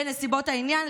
בנסיבות העניין,